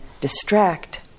distract